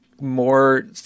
more